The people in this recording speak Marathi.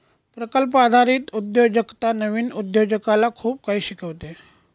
प्रकल्प आधारित उद्योजकता नवीन उद्योजकाला खूप काही शिकवते